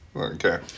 Okay